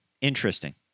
Interesting